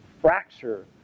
fracture